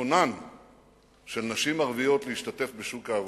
רצונן של נשים ערביות להשתתף בשוק העבודה.